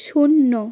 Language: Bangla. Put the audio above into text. শূন্য